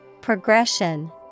Progression